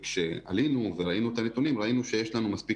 וכשראינו את הנתונים ראינו שיש לנו מספיק